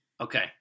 Okay